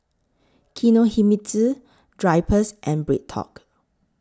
Kinohimitsu Drypers and BreadTalk